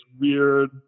weird